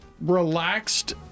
relaxed